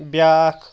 بیٛاکھ